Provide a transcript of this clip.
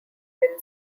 been